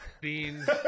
Beans